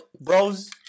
bros